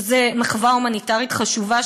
וזו מחווה הומניטרית חשובה,